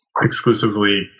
exclusively